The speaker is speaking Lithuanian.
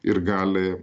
ir gali